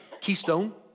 Keystone